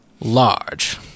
large